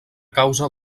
causa